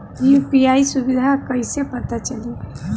UPI सुबिधा कइसे पता चली?